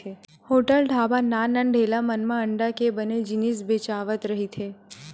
hotel, dhaba, नान नान ठेला मन म अंडा के बने जिनिस बेचावत रहिथे